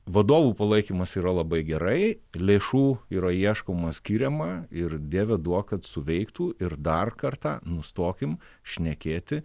vadovų palaikymas yra labai gerai lėšų yra ieškoma skiriama ir dieve duok kad suveiktų ir dar kartą nustokim šnekėti